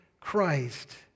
Christ